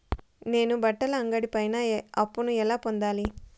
నేను బట్టల అంగడి పైన అప్పును ఎలా పొందాలి?